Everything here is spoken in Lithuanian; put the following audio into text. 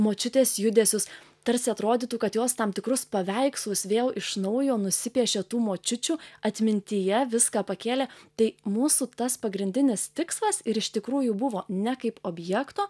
močiutės judesius tarsi atrodytų kad jos tam tikrus paveikslus vėl iš naujo nusipiešė tų močiučių atmintyje viską pakėlė tai mūsų tas pagrindinis tikslas ir iš tikrųjų buvo ne kaip objekto